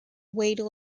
weighed